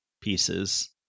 pieces